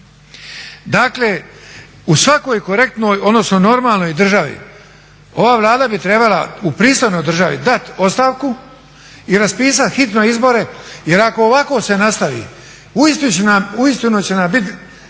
Dakle, u svakoj korektnoj, odnosno normalnoj državi ova Vlada bi trebala, u pristojnoj državi, dat ostavku i raspisat hitno izbore. Jer ako ovako se nastavi uistinu će nam biti